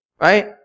right